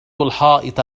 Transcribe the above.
الحائط